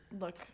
look